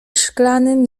szklanym